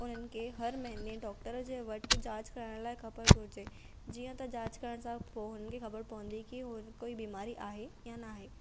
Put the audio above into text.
हुननि खे हर महिने डॉक्टर जे वटि जांच करण लाइ ख़बर घुरिजे जीअं त जांच करण सां पोइ हुननि खे ख़बर पवंदी की हुन कोई बीमारी आहे या ना आहे